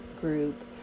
group